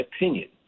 opinion